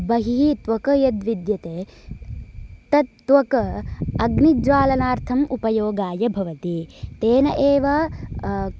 बहिः त्वक् यद्विद्यते तत् त्वक् अग्नि ज्वालनार्थम् उपयोगाय भवति तेन एव